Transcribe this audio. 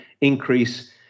increase